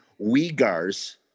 Uyghurs